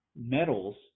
metals